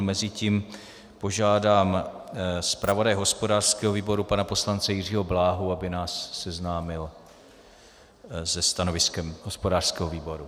Mezitím požádám zpravodaje hospodářského výboru pana poslance Jiřího Bláhu, aby nás seznámil se stanoviskem hospodářského výboru.